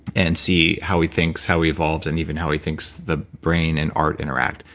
and see how he thinks, how we evolved, and even how he thinks the brain and art interact.